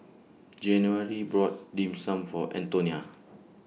January brought Dim Sum For Antonia